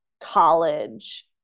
college